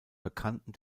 bekannten